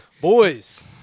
boys